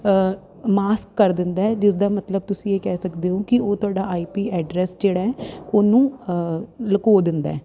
mask ਕਰ ਦਿੰਦਾ ਜਿਸ ਦਾ ਮਤਲਬ ਤੁਸੀਂ ਇਹ ਕਹਿ ਸਕਦੇ ਹੋ ਕਿ ਉਹ ਤੁਹਾਡਾ ਆਈਪੀ ਐਡਰੈਸ ਜਿਹੜਾ ਉਹਨੂੰ ਲਕੋ ਦਿੰਦਾ